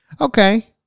okay